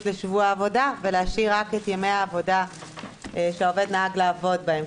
לשבוע העבודה ולהשאיר רק את ימי העבודה שהעובד נהג לעבוד בהם,